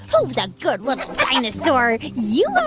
so a good, little dinosaur? you are.